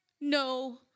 no